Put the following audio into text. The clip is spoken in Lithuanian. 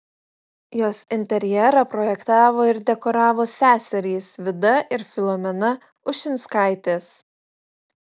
jos interjerą projektavo ir dekoravo seserys vida ir filomena ušinskaitės